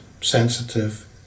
sensitive